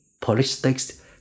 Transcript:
politics